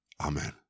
Amen